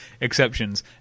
exceptions